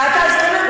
קאטה הזקנה?